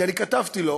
כי אני כתבתי לו